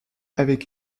avec